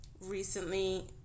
recently